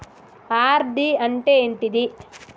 RD అంటే ఏంటిది?